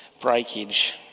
breakage